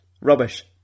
Rubbish